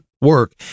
work